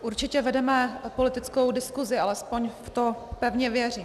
Určitě vedeme apolitickou diskusi, alespoň v to pevně věřím.